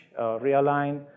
realign